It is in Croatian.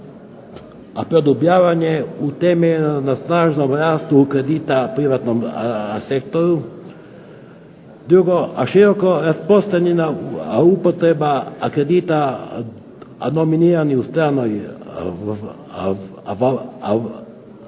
produbljivanje utemeljeno na snažnom rastu kredita privatnom sektoru, drugo, široko rasprostranjena kredita nominiranih u stranoj valuti